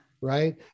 right